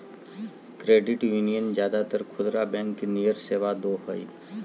credit union ज्यादातर खुदरा bank नियर सेवा दो हइ